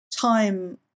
time